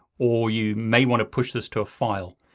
or you may want to push this to a file,